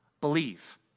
believe